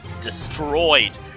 destroyed